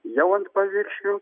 jau ant paviršių